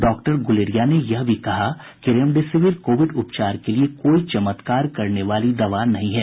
doctor Guleria ने यह भी कहा कि रेमेडिसविर कोविड उपचार के लिए कोई चमत्कार करने वाली दवा नहीं है